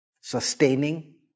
Sustaining